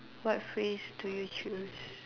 what phrase do you choose